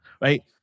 right